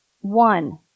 One